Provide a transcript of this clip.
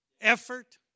effort